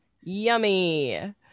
Yummy